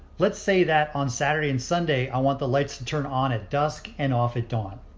let's say that on saturday and sunday i want the lights to turn on at dusk and off at dawn.